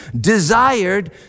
desired